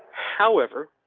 however,